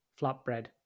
flatbread